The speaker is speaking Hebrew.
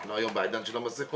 אנחנו היום בעידן של המסכות,